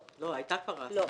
לא, היתה כבר השגה.